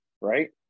Right